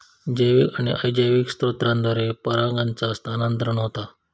जैविक आणि अजैविक स्त्रोतांद्वारा परागांचा स्थानांतरण होता